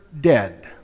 dead